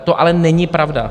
To ale není pravda!